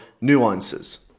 nuances